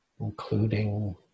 including